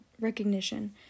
recognition